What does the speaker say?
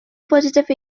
positive